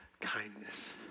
kindness